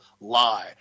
lie